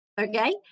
Okay